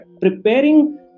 preparing